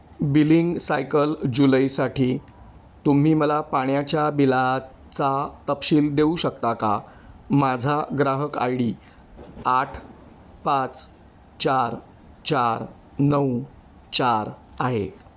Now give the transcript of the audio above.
billing cycle जुलैसाठी तुम्ही मला पाण्याच्या बिलाचा तपशील देऊ शकता का माझा ग्राहक आय डी आठ पाच चार चार नऊ चार आहे